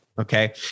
Okay